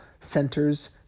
centers